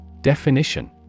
Definition